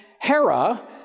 Hera